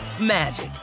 magic